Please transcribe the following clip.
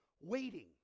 waiting